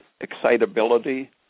excitability